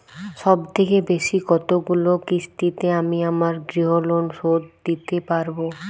সবথেকে বেশী কতগুলো কিস্তিতে আমি আমার গৃহলোন শোধ দিতে পারব?